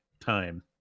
time